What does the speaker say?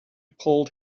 pulled